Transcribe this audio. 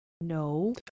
No